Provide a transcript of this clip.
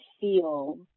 feel